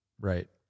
Right